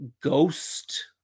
ghost